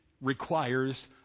requires